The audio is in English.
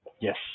Yes